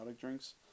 drinks